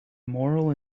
moral